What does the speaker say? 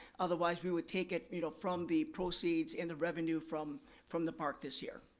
otherwise we would take it you know from the proceeds and the revenue from from the park this year.